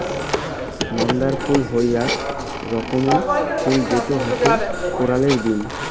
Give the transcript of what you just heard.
মান্দার ফুল হই আক রকমের ফুল যেটো হসে কোরাল বিন